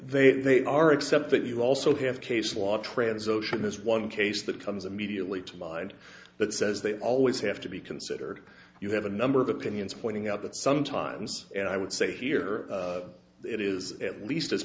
reason they are except that you also have case law trans ocean this one case that comes immediately to mind but says they always have to be considered you have a number of opinions pointing out that sometimes and i would say here it is at least as